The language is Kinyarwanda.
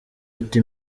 ute